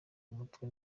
umutwe